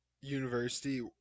university